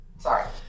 sorry